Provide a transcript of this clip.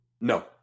No